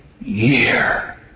year